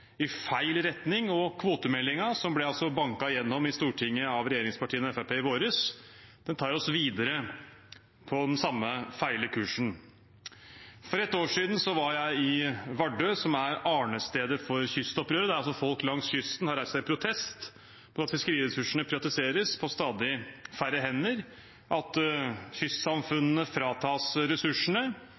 i feil retning. Og kvotemeldingen, som ble banket igjennom i Stortinget av regjeringspartiene og Fremskrittspartiet i vår, tar oss videre på samme feil kursen. For et år siden var jeg i Vardø, som er arnestedet for kystopprøret, der folk langs kysten har reist seg i protest fordi fiskeriressursene privatiseres og havner på stadig færre hender – at kystsamfunnene fratas ressursene,